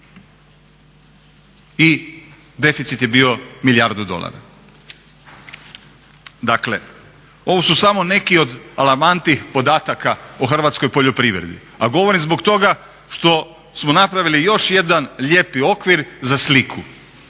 i deficit je bio milijardu dolara. Dakle, ovo su samo neki od alarmantnih podataka o hrvatskoj poljoprivredi, a govorim zbog toga što smo napravili još jedan lijepi okvir za sliku